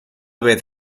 vez